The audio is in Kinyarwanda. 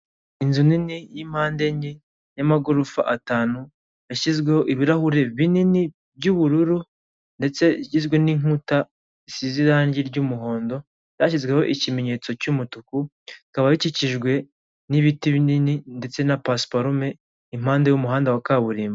Inzu nini y'mpande enye, yamagorofa atanu, yashyizweho ibirahuri binini by'ubururu, ndetse igizwe n'inkuta zisize irangi ry'muhondo, ryaashyizweho ikimenyetso cy'umutuku, rikaba kikijwe n'ibiti binini ndetse na pasiparume, impande y'umuhanda wa kaburimbo.